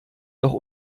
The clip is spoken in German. doch